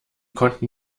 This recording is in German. konnten